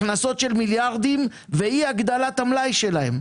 הכנסות של מיליארדים ואי-הגדלת המלאי שלהם.